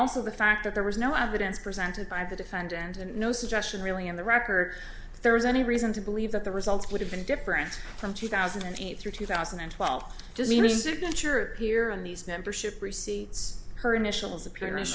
also the fact that there was no evidence presented by the defendant and no suggestion really in the record there was any reason to believe that the result would have been different from two thousand and eight through two thousand and twelve signature here on these membership receipts her initials appearance